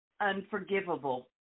unforgivable